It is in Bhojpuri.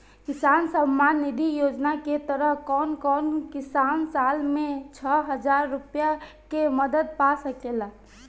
किसान सम्मान निधि योजना के तहत कउन कउन किसान साल में छह हजार रूपया के मदद पा सकेला?